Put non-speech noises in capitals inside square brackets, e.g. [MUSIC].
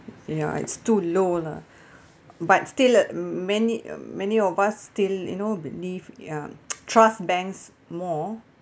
ya it's too low lah but still uh many many of us still you know believe ya [NOISE] trust banks more